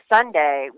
Sunday